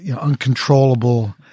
uncontrollable